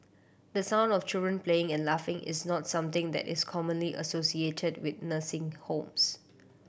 the sound of children playing and laughing is not something that is commonly associated with nursing homes